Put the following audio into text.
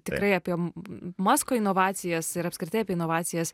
tikrai apie masko inovacijas ir apskritai apie inovacijas